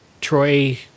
Troy